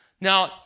now